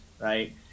right